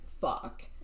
fuck